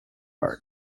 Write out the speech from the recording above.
art